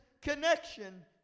connection